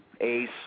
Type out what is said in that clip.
Ace